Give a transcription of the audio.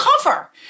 cover